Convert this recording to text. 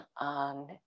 on